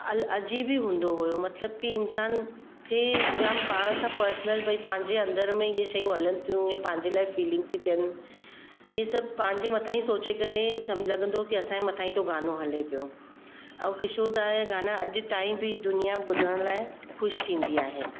अल अजीब ही हूंदो हुओ मतिलबु की इंसान खे जाम पाणि सां पर्सनल भई पंहिंजी अंदरि में इहे शयूं हलनि थियूं या पंहिंजे लाइ फीलिंग थी थियनि इहे सभु पंहिंजे मथा ई सोचे करे सभु लॻंदो की असांजे मथां ई थो गानो हले पियो ऐं किशोर दा जा गाना अॼु ताईं बि दुनिया ॿुधण लाइ ख़ुशि थींदी आहे